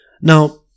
Now